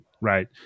right